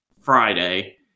Friday